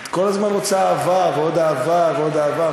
את כל הזמן רוצה אהבה ועוד אהבה ועוד אהבה.